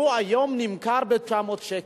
הוא היום נמכר ב-900 שקל.